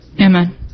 Amen